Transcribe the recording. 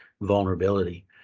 vulnerability